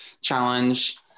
challenge